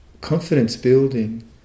confidence-building